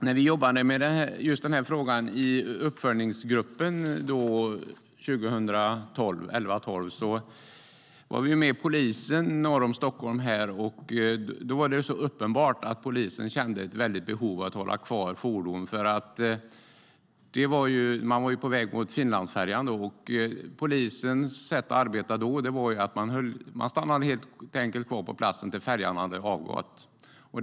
När vi jobbade med frågan i uppföljningsgruppen 2011-2012 var vi med polisen norr om Stockholm. Då var det uppenbart att polisen kände ett stort behov av att hålla kvar fordon. Fordonen var på väg mot Finlandsfärjan, och polisens sätt att arbeta gick helt enkelt ut på att man stannade kvar på platsen till dess att färjan hade avgått.